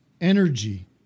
energy